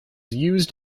used